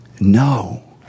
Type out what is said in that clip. no